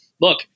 look